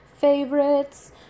favorites